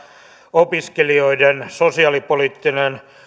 opiskelijoiden sosiaalipoliittinen